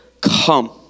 come